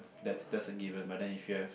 that that's a given but then if you have